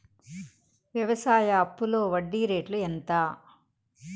వ్యవసాయ అప్పులో వడ్డీ రేట్లు ఎంత?